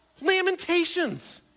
Lamentations